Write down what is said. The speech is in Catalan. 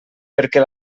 perquè